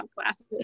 classes